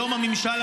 אז למה מטשטשים?